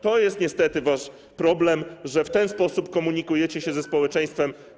To jest niestety wasz problem, że w ten sposób komunikujecie się ze społeczeństwem.